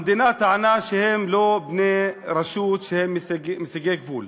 המדינה טענה שהם לא בני רשות, שהם מסיגי גבול.